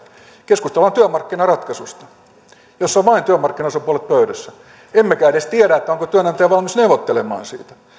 keskustellaan työmarkkinaratkaisusta jossa ovat molemmat työmarkkinaosapuolet pöydässä emme edes tiedä onko työnantaja valmis neuvottelemaan siitä